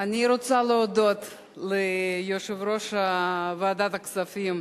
אני רוצה להודות ליושב-ראש ועדת הכספים,